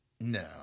No